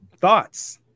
Thoughts